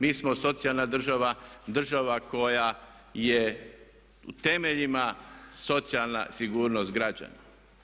Mi smo socijalna država, država koja je u temeljima socijalna sigurnost građana.